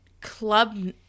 Club